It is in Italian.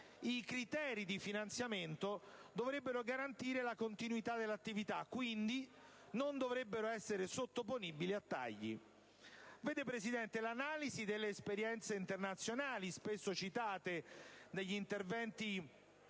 I criteri di finanziamento dovrebbero garantire la continuità dell'attività e, quindi, non dovrebbero essere sottoponibili a tagli. Signor Presidente, l'analisi delle esperienze internazionali, spesso citate negli interventi